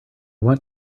want